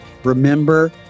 remember